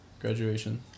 graduation